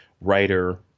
writer